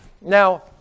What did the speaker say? Now